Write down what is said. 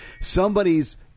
somebody's